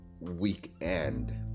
weekend